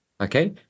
okay